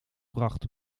bracht